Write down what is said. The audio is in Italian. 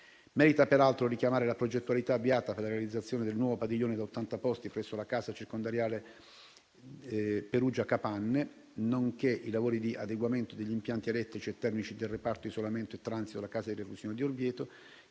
Merita, peraltro, richiamare la progettualità avviata per la realizzazione del nuovo padiglione da 80 posti presso la casa circondariale Capanne di Perugia, nonché i lavori di adeguamento degli impianti elettrici e termici del reparto isolamento e transito della casa di reclusione di Orvieto,